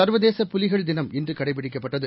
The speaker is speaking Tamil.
சா்வதேச புலிகள் தினம் இன்றுகடைபிடிக்கப்பட்டது